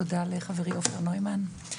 תודה לחברי עופר נוימן,